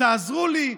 תעזרו לי,